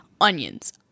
onions